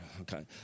okay